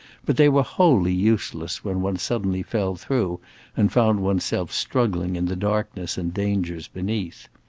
but they were wholly useless when one suddenly fell through and found oneself struggling in the darkness and dangers beneath.